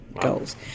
goals